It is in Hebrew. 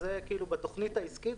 אז זה בתוכנית העסקית,